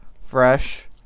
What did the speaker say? fresh